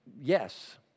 yes